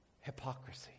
hypocrisy